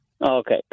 Okay